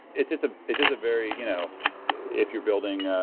it's just ah it's just a very you know if you're building ah